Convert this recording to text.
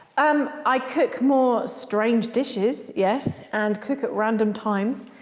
um i cook more strange dishes, yes, and cook at random times.